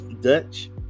dutch